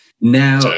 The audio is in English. Now